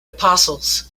apostles